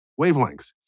wavelengths